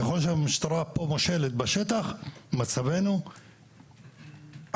ככל שהמשטרה מושלת בשטח, מצבנו הביטחוני